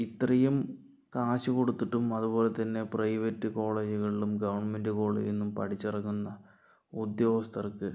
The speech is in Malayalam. ഇത്രയും കാശ് കൊടുത്തിട്ടും അതുപോലെ തന്നെ പ്രൈവറ്റ് കോളേജുകളിലും ഗവൺമെൻറ് കോളേജിൽ നിന്നും പഠിച്ചിറങ്ങുന്ന ഉദ്യോഗസ്ഥർക്ക്